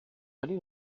many